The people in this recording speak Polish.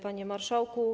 Panie Marszałku!